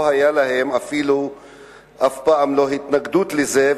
לא היתה להן אף פעם אפילו התנגדות לזה,